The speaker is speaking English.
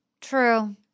true